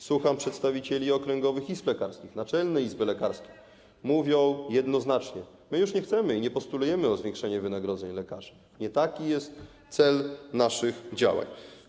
Słucham przedstawicieli okręgowych izb lekarskich, Naczelnej Izby Lekarskiej - mówią jednoznacznie, że już nie chcą i nie postulują zwiększenia wynagrodzeń lekarzy, że nie taki jest cel ich działań.